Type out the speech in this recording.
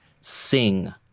sing